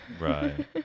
Right